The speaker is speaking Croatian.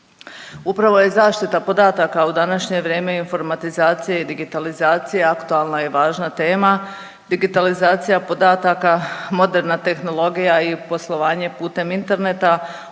Upravo je zaštita podataka u današnje vrijeme informatizacije i digitalizacije aktualna i važna tema. Digitalizacija podataka, moderna tehnologija i poslovanje putem interneta